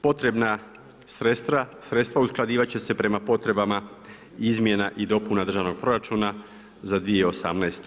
Potrebna sredstva usklađivat će se prema potrebama izmjena i dopuna državnog proračuna za 2018.